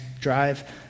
drive